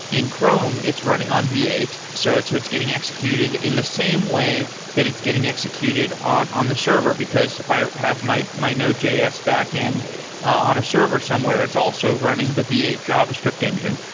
in chrome, it's running on v eight. so it's so it's getting executed in the same way that it's getting executed on on the server, because if i have my my node js backend on a server somewhere, it's also running the v eight javascript engine.